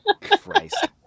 Christ